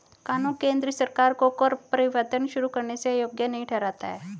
कानून केंद्र सरकार को कर परिवर्तन शुरू करने से अयोग्य नहीं ठहराता है